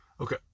Okay